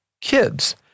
kids